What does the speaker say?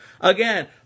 again